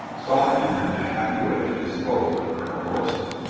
saw in them a happy way to dispose of colonel royston.